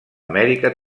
amèrica